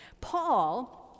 Paul